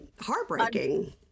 heartbreaking